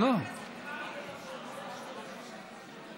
חבר הכנסת טיבי,